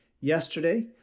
yesterday